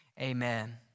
Amen